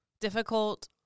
Difficult